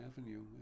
Avenue